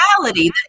reality